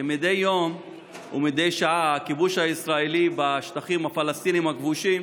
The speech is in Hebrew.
כמדי יום ומדי שעה הכיבוש הישראלי בשטחים הפלסטיניים הכבושים